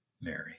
Mary